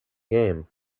game